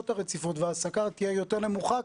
הרציפות וההעסקה תהיה יותר נמוכה,